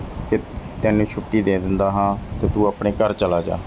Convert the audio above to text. ਕਿ ਤੈਨੂੰ ਛੁੱਟੀ ਦੇ ਦਿੰਦਾ ਹਾਂ ਅਤੇ ਤੂੰ ਆਪਣੇ ਘਰ ਚਲਾ ਜਾ